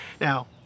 Now